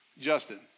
Justin